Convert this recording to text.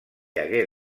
hagué